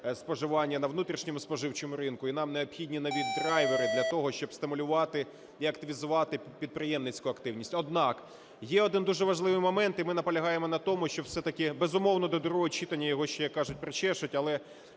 споживання на внутрішньому споживчому ринку. І нам необхідні нові драйвери для того, щоб стимулювати і активізувати підприємницьку активність. Однак є один дуже важливий момент. І ми наполягаємо на тому, щоб все-таки… безумовно, до другого читання його ще, як кажуть, причешуть. Але